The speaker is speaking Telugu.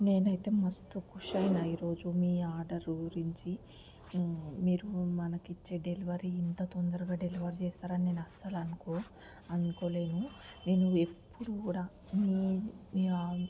నేనైతే మస్త్ కుష్ అయిన ఈరోజు మీ ఆర్డర్ గురించి మీరు మనకు ఇచ్చే డెలివరీ ఇంత తోందరగా డెలివర్ చేస్తారని నేను అస్సలు అనుకో అనుకోలేను నేను ఎప్పుడు కూడా మీ